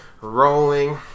rolling